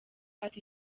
ati